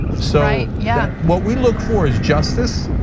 so yeah what we look for is justice,